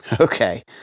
okay